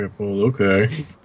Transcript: Okay